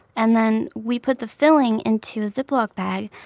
and then we put the filling into a ziploc bag.